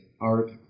art